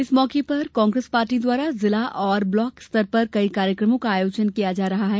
इस मौके पर कांग्रेस पार्टी द्वारा जिला और ब्लाक स्तर पर कई कार्यक्रमों का आयोजन किया जा रहा है